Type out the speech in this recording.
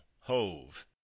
hove